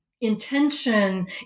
intention